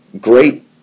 great